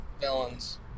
villains